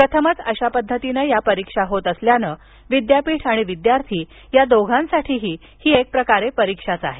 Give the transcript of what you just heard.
प्रथमच अशा पद्धतीनं या परीक्षा होत असल्यानं विद्यापीठ आणि विद्यार्थी दोघांसाठी ही एक प्रकारे परीक्षाच होते आहे